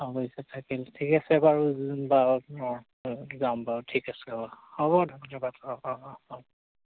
ঠিক আছে ঠিক আছে বাৰু বাৰু যাম বাৰু ঠিক আছে হ' হ'ব ধন্যবাদ অঁ অঁ হ'ব